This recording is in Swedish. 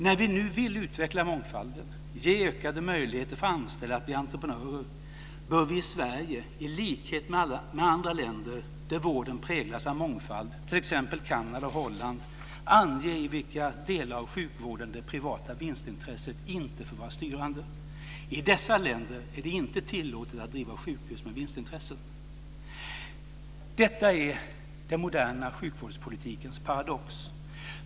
När vi nu vill utveckla mångfalden och ge ökade möjligheter för anställda att bli entreprenörer bör vi i Sverige, i likhet med andra länder där vården präglas av mångfald, t.ex. Kanada och Holland, ange i vilka delar av sjukvården som det privata vinstintresset inte får vara styrande. I dessa länder är det inte tillåtet att driva sjukhus med vinstintresse. Detta är den moderna sjukvårdspolitikens paradox.